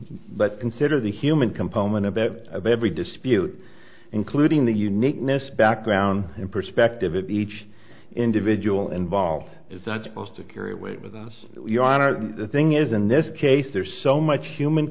but consider the human component of every dispute including the uniqueness background and perspective of each individual involved is not supposed to carry weight with us the thing is in this case there's so much human